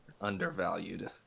undervalued